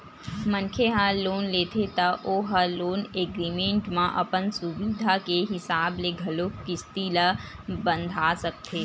मनखे ह लोन लेथे त ओ ह लोन एग्रीमेंट म अपन सुबिधा के हिसाब ले घलोक किस्ती ल बंधा सकथे